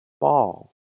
Ball